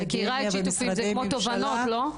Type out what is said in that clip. אקדמיה ומשרדי ממשלה.